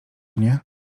mnie